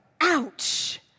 ouch